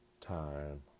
time